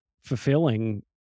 fulfilling